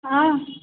हँ